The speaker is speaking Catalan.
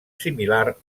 similar